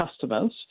customers